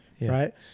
right